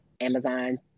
Amazon